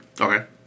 Okay